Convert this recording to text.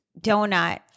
donut